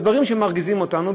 בדברים שמרגיזים אותנו,